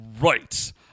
Right